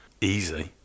Easy